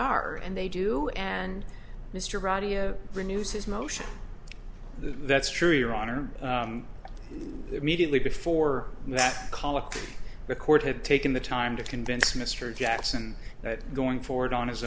are and they do and mr audio renews his motion that's true your honor mediately before that colloquy the court had taken the time to convince mr jackson that going forward on his